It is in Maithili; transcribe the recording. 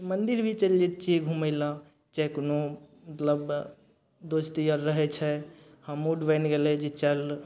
मन्दिर भी चलि जाइ छियै घुमय लए किएक कोनो मतलब दोस्त यार रहय छै आओर मूड बनि गेलय जे चल